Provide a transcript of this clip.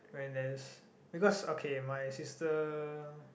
when there's because okay my sister